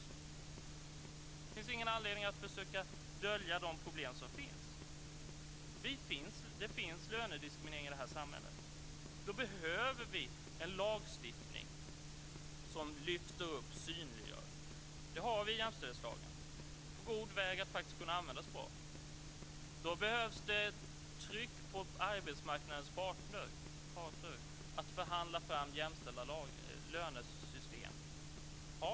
Det finns ingen anledning att försöka dölja de problem som finns. Det finns lönediskriminering i samhället. Då behöver vi en lagstiftning som lyfter upp och synliggör. Det har vi i jämställdhetslagen. Vi är på god väg att kunna använda den på ett bra sätt. Det behövs tryck på arbetsmarknadens parter att förhandla fram jämställda lönesystem.